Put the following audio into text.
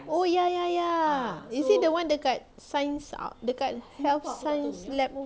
oh ya ya ya is it the one the dekat science dekat health science labo~